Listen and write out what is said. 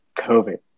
COVID